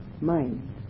mind